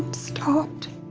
stopped.